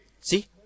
See